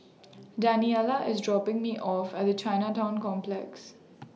Daniela IS dropping Me off At Chinatown Complex